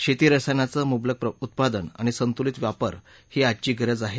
शेती रसायनचं मुबलक उत्पादन आणि संतुलित वापर ही आजची गरज आहे